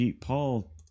Paul